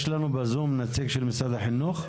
יש לנו נציג של משרד החינוך?